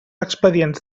expedients